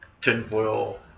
tinfoil